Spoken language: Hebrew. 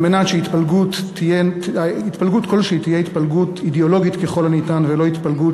על מנת שכל התפלגות תהיה התפלגות אידיאולוגית ככל הניתן ולא התפלגות